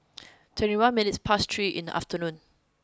twenty one minutes past three in the afternoon